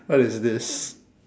what is this